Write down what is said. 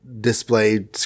display